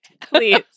please